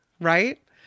right